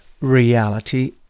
reality